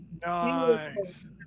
Nice